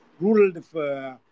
rural